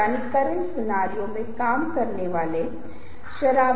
appeal जाहिर है चाहे आप इसे पसंद करें चाहे आप इसे नापसंद करें और यह सब